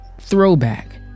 throwback